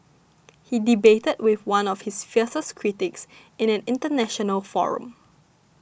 he debated with one of his fiercest critics in an international forum